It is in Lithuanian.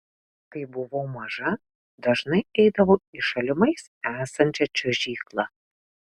kai buvau maža dažnai eidavau į šalimais esančią čiuožyklą